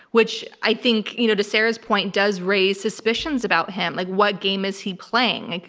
which i think, you know to sarah's point, does raise suspicions about him. like what game is he playing? like